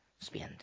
spend